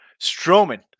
Strowman